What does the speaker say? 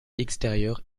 extérieur